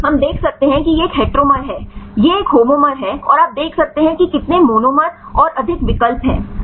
इसलिए हम देख सकते हैं कि यह एक हेटेरोमेर है यह एक होमोमेर है और आप देख सकते हैं कि कितने मोनोमर और अधिक विकल्प हैं